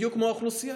בדיוק כמו האוכלוסייה.